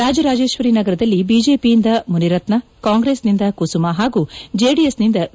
ರಾಜರಾಜೇಶ್ವರಿ ನಗರದಲ್ಲಿ ಬಿಜೆಪಿಯಿಂದ ಮುನಿರತ್ನ ಕಾಂಗ್ರೆಸ್ನಿಂದ ಕುಸುಮ ಹಾಗೂ ಜೆಡಿಎಸ್ನಿಂದ ವಿ